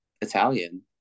Italian